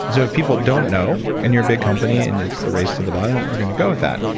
and so if people don't know, and you're a big company, and it's the race to the bottom, you're going to go with that.